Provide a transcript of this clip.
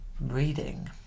Reading